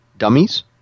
Dummies